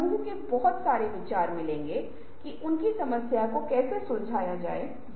आप बहुत दिलचस्प विचारों की संख्या के साथ आ सकते हैं जिसेसा पेन को बाजार में बेच सकते हैं